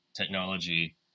technology